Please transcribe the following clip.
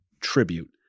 tribute